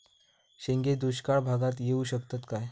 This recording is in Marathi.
शेंगे दुष्काळ भागाक येऊ शकतत काय?